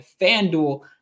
FanDuel